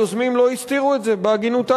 היוזמים לא הסתירו את זה בהגינותם.